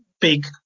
big